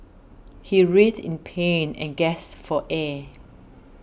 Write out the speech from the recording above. he writhed in pain and gasped for air